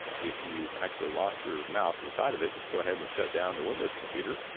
if you've actually locked your mouse inside of it. just go ahead and shutdown the windows computer,